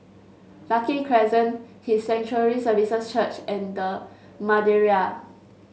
Lucky Crescent His Sanctuary Services Church and The Madeira